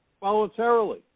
voluntarily